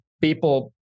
people